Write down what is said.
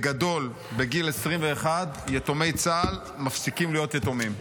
בגדול בגיל 21 יתומי צה"ל מפסיקים להיות יתומים,